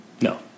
no